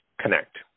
connect